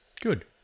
good